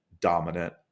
dominant